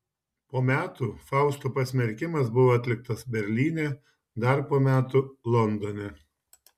po metų fausto pasmerkimas buvo atliktas berlyne dar po metų londone